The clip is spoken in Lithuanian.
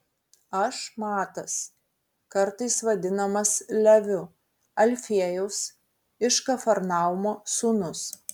aš matas kartais vadinamas leviu alfiejaus iš kafarnaumo sūnus